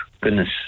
goodness